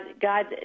God